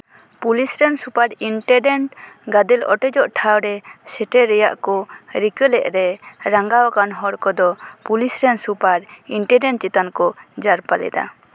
police ᱨᱮᱱ superintendent ᱜᱟᱫᱮᱞ ᱚᱴᱮᱡᱚᱜ ᱴᱷᱟᱶ ᱨᱮ ᱥᱮᱴᱮᱨ ᱨᱮᱭᱟᱜ ᱠᱚ ᱨᱤᱠᱟᱹ ᱞᱮᱫ ᱨᱮ ᱨᱟᱸᱜᱟᱣᱟᱠᱟᱱ ᱦᱚᱲ ᱠᱚᱫᱚ ᱯᱩᱞᱤᱥ ᱨᱮᱱ ᱥᱩᱯᱟᱨ ᱤᱱᱴᱮᱱᱰᱮᱱᱴ ᱪᱮᱛᱟᱱ ᱠᱚ ᱡᱟᱨᱯᱟ ᱞᱮᱫᱟ